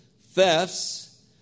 thefts